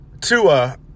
Tua